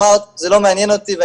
אמרת שזה לא מעניין אותך,